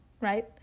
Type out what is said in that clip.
right